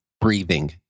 breathing